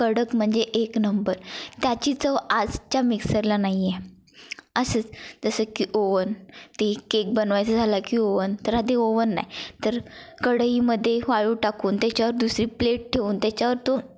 कडक म्हणजे एक नंबर त्याची चव आजच्या मिक्सरला नाही आहे असंच तसं की ओवन ते केक बनवायचं झाला की ओवन तर आधी ओवन नाही तर कढईमध्ये वाळू टाकून त्याच्यावर दुसरी प्लेट ठेवून त्याच्यावर तो